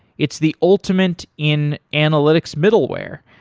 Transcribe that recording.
it's the ultimate in analytics middleware.